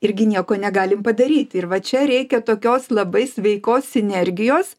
irgi nieko negalim padaryti ir va čia reikia tokios labai sveikos sinergijos